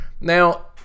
Now